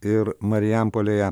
ir marijampolėje